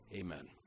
Amen